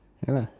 ya lah